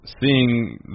seeing